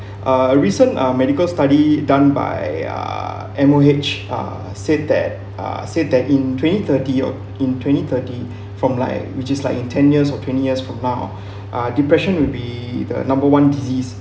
uh recent uh medical study done by uh M_O_H uh said that uh said that in twenty thirty or in twenty thirty from like which is like in ten years for twenty years from now uh depression will be the number one disease